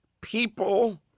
People